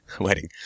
wedding